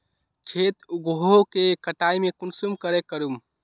खेत उगोहो के कटाई में कुंसम करे करूम?